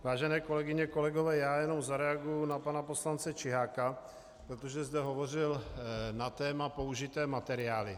Vážené kolegyně a kolegové, já jenom zareaguji na pana poslance Čiháka, protože zde hovořil na téma použité materiály.